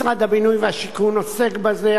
משרד הבינוי והשיכון עוסק בזה,